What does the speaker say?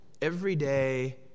everyday